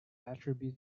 attribute